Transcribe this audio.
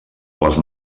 les